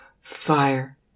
fire